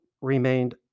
remained